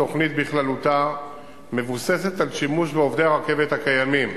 התוכנית בכללותה מבוססת על שימוש בעובדי הרכבת הקיימים,